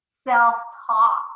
self-talk